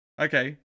Okay